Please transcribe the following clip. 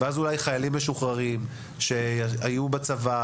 אז אולי חיילים משוחררים שהיו בצבא,